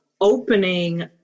opening